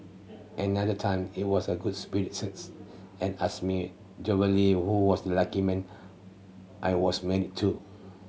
another time he was a good and asked me Jovially who was the lucky man I was married to